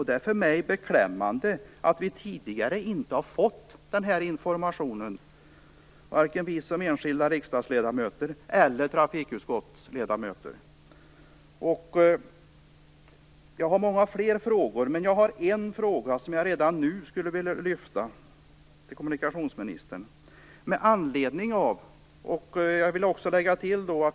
Det är beklämmande att vi tidigare inte har fått den här informationen, varken som enskilda riksdagsledamöter eller som ledamöter av trafikutskottet. Jag har många fler frågor. Men jag har en fråga till kommunikationsministern som jag redan nu vill ställa.